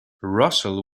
russell